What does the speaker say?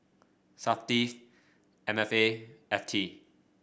Safti M F A F T